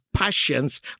passions